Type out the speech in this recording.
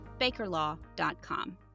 bakerlaw.com